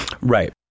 Right